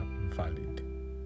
valid